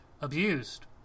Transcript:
abused